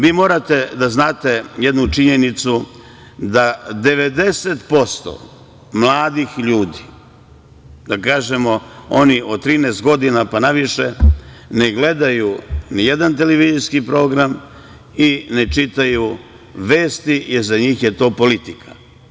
Vi morate da znate jednu činjenicu, 90% mladih ljudi, da kažemo oni od 13 godina pa na više, ne gledaju ni jedan televizijski program i ne čitaju vesti, jer za njih je to politika.